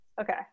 Okay